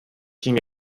tím